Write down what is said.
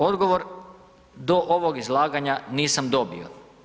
Odgovor do ovog izlaganja nisam dobio.